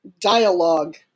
dialogue